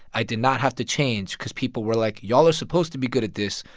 i did not have to change because people were like, y'all are supposed to be good at this.